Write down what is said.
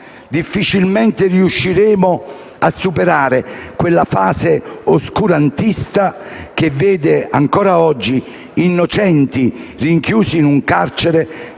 difficilmente riusciremo a superare quella fase oscurantista che vede ancora oggi innocenti rinchiusi in un carcere